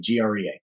GREA